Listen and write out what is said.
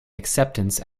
acceptance